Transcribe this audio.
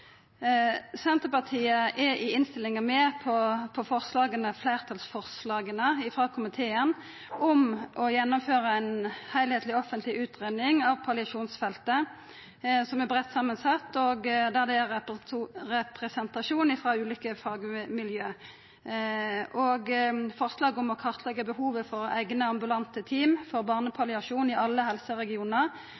Senterpartiet er i innstillinga med på fleirtalsforslaget frå komiteen om å gjennomføra ei heilskapleg offentleg utgreiing av palliasjonsfeltet som er breitt samansett, og der ulike fagmiljø er representerte, med på forslaget om å kartleggja behovet for eigne ambulante team for